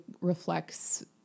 reflects